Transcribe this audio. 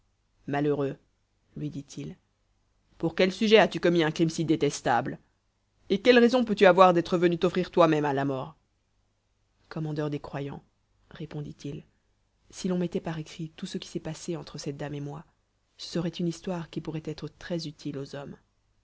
malheureux lui dit-il pour quel sujet astu commis un crime si détestable et quelle raison peux-tu avoir d'être venu t'offrir toi-même à la mort commandeur des croyants répondit-il si l'on mettait par écrit tout ce qui s'est passé entre cette dame et moi ce serait une histoire qui pourrait être très-utile aux hommes